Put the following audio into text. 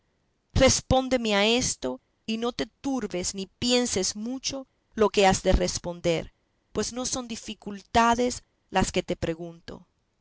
respóndeme a esto y no te turbes ni pienses mucho lo que has de responder pues no son dificultades las que te pregunto